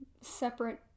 separate